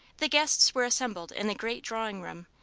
the guests were assembled in the great drawing-room,